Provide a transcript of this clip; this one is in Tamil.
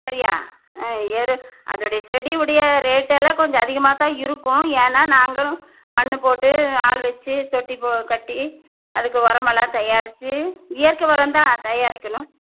சரியாக ஆ எரு அதோடைய செடிவுடைய ரேட்டெல்லாம் கொஞ்சம் அதிகமாக தான் இருக்கும் ஏன்னா நாங்களும் மண்ணு போட்டு ஆள் வச்சி தொட்டி போ கட்டி அதுக்கு ஒரமெல்லாம் தயாரிச்சு இயற்கை உரந்தான் தயாரிக்கணும்